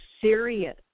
serious